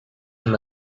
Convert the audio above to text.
him